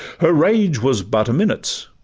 her rage was but a minute's,